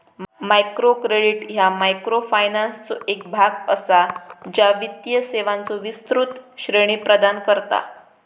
micro credit ह्या मायक्रोफायनान्सचो एक भाग असा, ज्या वित्तीय सेवांचो विस्तृत श्रेणी प्रदान करता